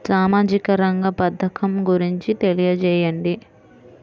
సామాజిక రంగ పథకం గురించి తెలియచేయండి?